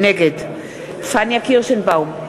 נגד פניה קירשנבאום,